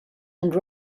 and